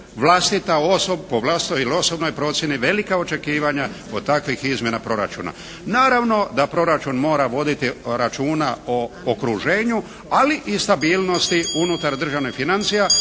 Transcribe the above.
vlastita, po vlastitoj ili osobnoj procjeni velika očekivanja od takvih izmjena proračuna. Naravno da proračun mora voditi računa o okruženju, ali i stabilnosti unutar državnih financija.